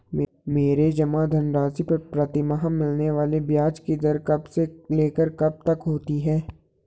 मेरे जमा धन राशि पर प्रतिमाह मिलने वाले ब्याज की दर कब से लेकर कब तक होती है?